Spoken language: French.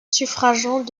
suffragant